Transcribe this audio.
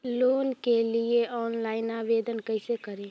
Loan के लिये online आवेदन कैसे करि?